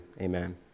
Amen